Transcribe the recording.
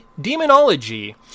demonology